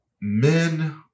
Men